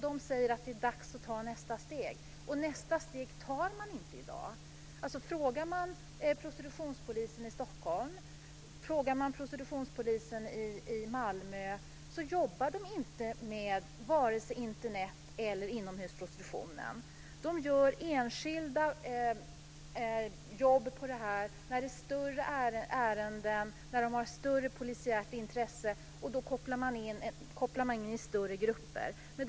De säger att det är dags att ta nästa steg. Nästa steg tas inte i dag. Varken prostitutionspolisen i Malmö eller i Stockholm jobbar med Internet eller inomhusprostitutionen. De utför enskilda jobb i större ärenden med större polisiärt intresse. Då kopplas större grupper in.